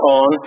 on